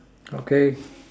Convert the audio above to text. okay